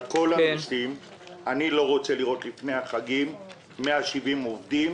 אני פשוט לא רוצה לראות לפני החגים 170 עובדים